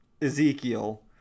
Ezekiel